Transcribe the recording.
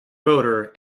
rotor